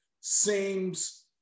seems